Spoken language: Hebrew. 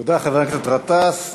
תודה, חבר הכנסת גטאס.